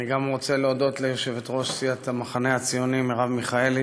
אני גם רוצה להודות ליושבת-ראש סיעת המחנה הציוני מרב מיכאלי